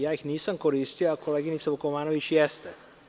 Nisamih koristio, a koleginica Vukomanović jeste.